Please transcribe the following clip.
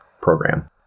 program